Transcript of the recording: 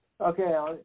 Okay